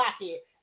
pocket